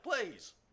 please